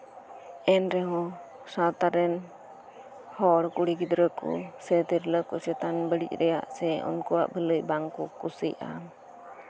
ᱮᱱᱨᱮᱦᱚᱸ ᱥᱟᱶᱛᱟ ᱨᱮᱱ ᱦᱚᱲ ᱠᱩᱲᱤ ᱜᱤᱫᱽᱨᱟᱹ ᱠᱚ ᱥᱮ ᱛᱤᱨᱞᱟᱹ ᱠᱚ ᱪᱮᱛᱟᱱ ᱵᱟᱲᱤᱡ ᱨᱮᱭᱟᱜ ᱥᱮ ᱩᱱᱠᱩᱣᱟᱜ ᱵᱷᱟᱹᱞᱟᱹᱭ ᱵᱟᱝᱠᱚ ᱠᱩᱥᱤᱜᱼᱟ